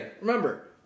Remember